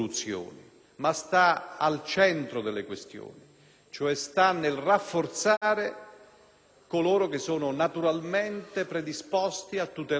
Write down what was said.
coloro che sono naturalmente predisposti a tutelare l'ordine pubblico del nostro Paese. La risposta, dunque, è semplice: più poliziotti,